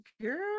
girl